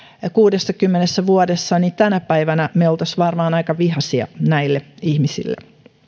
kuudessakymmenessä vuodessa niin tänä päivänä me olisimme varmaan aika vihaisia näille ihmisille